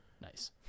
Nice